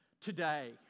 today